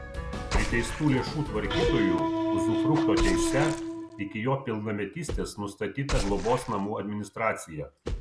priteistų lėšų tvarkytoju uzufrukto teise iki jo pilnametystės nustatyta globos namų administracija